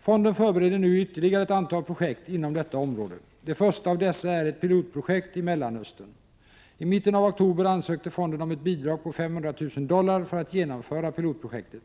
Fonden förbereder nu ytterligare ett antal projekt inom detta område. Det första av dessa är ett pilotprojekt i Mellanöstern. I mitten av oktober ansökte fonden om ett bidrag på 500 000 dollar för att genomföra pilotprojektet.